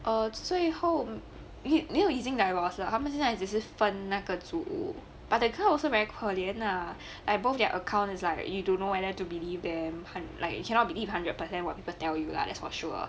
err 最后没没有已经 divorced liao 他们现在只是分那个组屋 but that girl also very 可怜 lah like both their account is like you don't know whether to believe them 很 like you cannot believe hundred percent what people tell you lah thats for sure